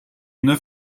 neuf